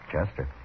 Chester